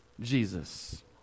Jesus